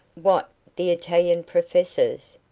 what, the italian professors?